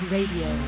Radio